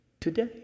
today